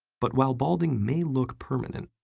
but while balding may look permanent,